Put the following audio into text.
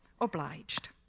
obliged